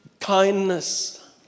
Kindness